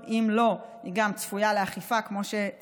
הפיקדון, ואם לא, גם היא צפויה לאכיפה ולקנסות,